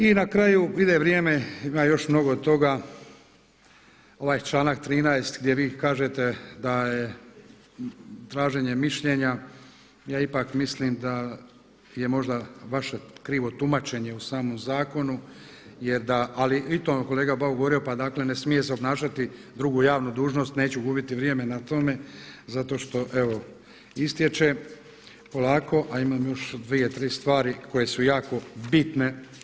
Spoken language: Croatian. I na kraju ide vrijeme, ima još mnogo toga, ovaj članak 13. gdje vi kažete da je traženje mišljenja, ja ipak mislim da je možda vaše krivo tumačenje u samom zakonu jer da, ali i to je kolega Bauk govorio, pa dakle ne smije se obnašati drugu javnu dužnost, neću gubiti vrijeme na tome zato što evo istječe polako a imam još 2, 3 stvari koje su jako bitne.